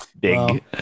Big